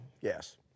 Yes